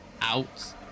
out